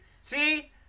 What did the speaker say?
see